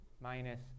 minus